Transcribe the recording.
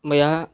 मया